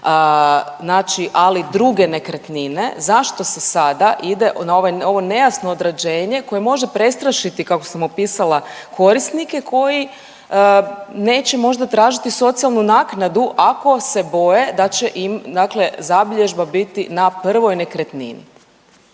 ali druge nekretnine, zašto se sada ide na ovo nejasno određenje koje može prestrašiti kako sam opisala korisnike koji neće možda tražiti socijalnu naknadu ako se boje da će im, dakle zabilježba biti na prvoj nekretnini.